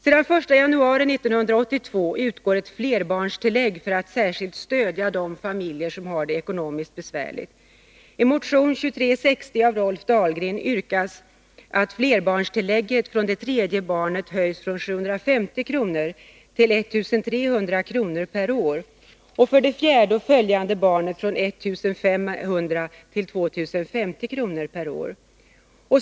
Sedan den 1 januari 1982 utgår ett flerbarnstillägg för att särskilt stödja de familjer som har det ekonomiskt besvärligt. I motion 2360 av Rolf Dahlberg m.fl. yrkas att flerbarnstillägget från det tredje barnet höjs från 750 kr. till 1300 kr. per år och för det fjärde och följande barn från 1 500 till 2 050 kr. per år.